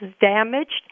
damaged